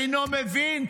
אינו מבין.